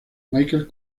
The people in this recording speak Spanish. michael